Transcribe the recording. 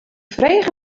frege